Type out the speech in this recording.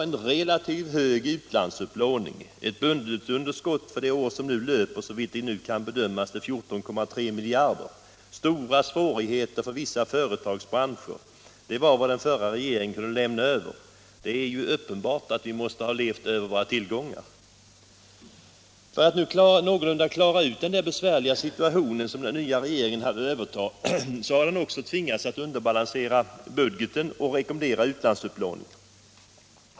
En relativt hög utlandsupplåning, ett budgetunderskott för det år som nu löper, såvitt det nu kan bedömas, på 14,3 miljarder, stora svårigheter för vissa företagsbranscher, det var vad den förra regeringen kunde lämna över. Det är uppenbart att vi måste ha levt över våra tillgångar. För att någorlunda klara ut den besvärliga situation som den nya regeringen hade att överta har den också tvingats att underbalansera budgeten och att rekommendera utlandsupplåning.